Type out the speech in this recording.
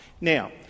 Now